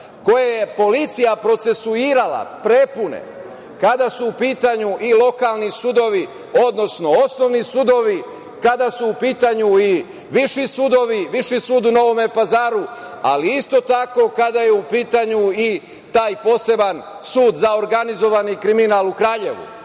koje je policija procesuirala prepune kada su u pitanju i lokalni sudovi, odnosno osnovni sudovi, kada su u pitanju i viši sudovi, Viši sud u Novom Pazaru, ali isto tako kada je u pitanju i taj Poseban sud za organizovani kriminal u Kraljevu